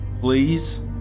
Please